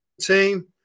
team